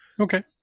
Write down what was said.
Okay